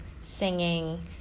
singing